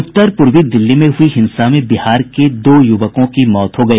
उत्तर पूर्वी दिल्ली में हुई हिंसा में बिहार के दो युवकों की मौत हो गई